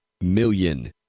million